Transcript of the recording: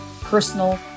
personal